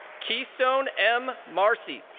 keystone m. marcie.